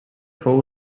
fou